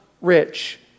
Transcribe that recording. rich